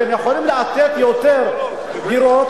אתם יכולים לתת יותר דירות,